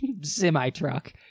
semi-truck